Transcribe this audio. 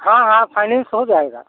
हाँ हाँ फ़ाइनेंस हो जाएगा